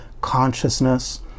consciousness